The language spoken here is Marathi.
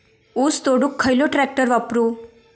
ऊस तोडुक खयलो ट्रॅक्टर वापरू?